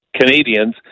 Canadians